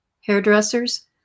Hairdressers